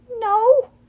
No